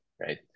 right